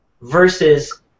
versus